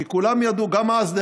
כי כולם ידעו גם אז,